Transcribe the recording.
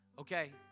Okay